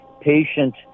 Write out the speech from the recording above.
patient